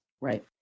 Right